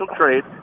trade